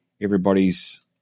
everybody's